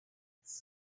its